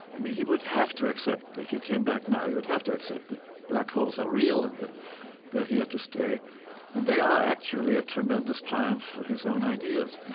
i mean, he would have to accept, if he came back now, he would have to accept that black holes are real and they're here to stay, and they are actually a tremendous triumph for his own ideas.